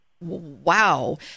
Wow